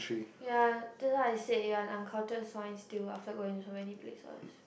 ya thats why I said you are and uncultured swine still after going to so many places